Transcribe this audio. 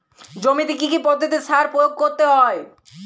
জমিতে কী কী পদ্ধতিতে সার প্রয়োগ করতে হয়?